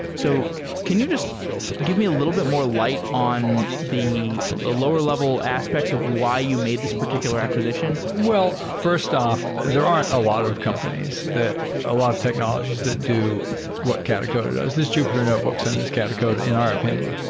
so can you just give me a little bit more light on the the lower-level aspects of why you made this particular acquisition? well, fi rst off, there aren't a lot of companies that a lot of technologies that do what katacoda does. this jupyter notebooks and this katacoda in our opinion,